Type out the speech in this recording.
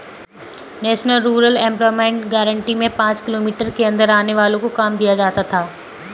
national rural employment guarantee में पांच kilometre के अंदर आने वालो को काम दिया जाता था